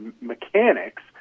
mechanics